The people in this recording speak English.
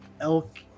Elk